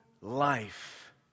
life